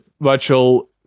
Virtual